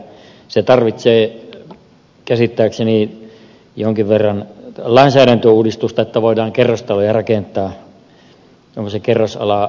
se tarvitsee käsittääkseni jonkin verran lainsäädäntöuudistusta että voidaan kerrostaloja rakentaa